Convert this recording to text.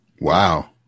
Wow